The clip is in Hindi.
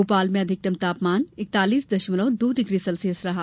भोपाल में अधिकतम तापमान इकतालीस दशमलव दो डिग्री सेल्सियस रहा